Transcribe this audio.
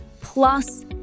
plus